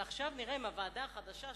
ועכשיו נראה אם הוועדה החדשה,